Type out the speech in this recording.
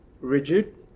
rigid